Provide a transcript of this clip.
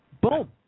Boom